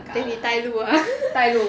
then 你带路 ah